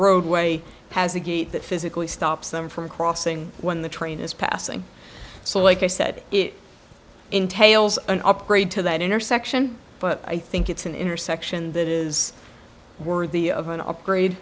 roadway has a gate that physically stops them from crossing when the train is passing so like i said it entails an upgrade to that intersection but i think it's an intersection that is worthy of an upgrade